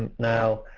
now,